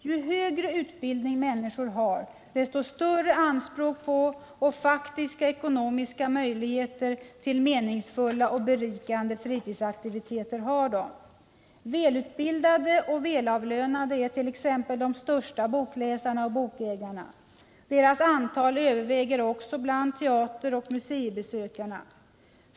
Ju högre utbildning människor har, desto större anspråk på och faktiska, ekonomiska, möjligheter till meningsfulla och berikande fritidsaktiviteter har de. Välutbildade och välavlönade är t.ex. de största bokläsarna och bokägarna. Deras antal överväger också bland teateroch museibesökarna.